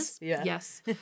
Yes